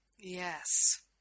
Yes